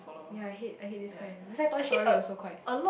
ya I hate I hate this kind that's why Toy-Story also quite